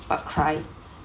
but cry